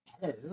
Hello